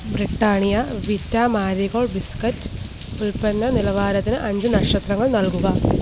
Britannia Vita Marie gold biscuit ഉൽപ്പന്ന നിലവാരത്തിന് അഞ്ച് നക്ഷത്രങ്ങൾ നൽകുക